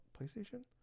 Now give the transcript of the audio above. PlayStation